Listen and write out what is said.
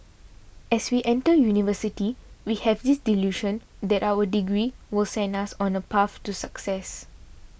as we enter University we have this delusion that our degree will send us on a path to success